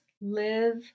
live